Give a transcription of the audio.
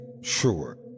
sure